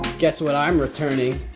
guess what i'm returning?